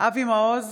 אבי מעוז,